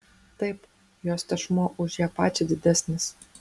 taip jos tešmuo už ją pačią didesnis